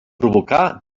provocar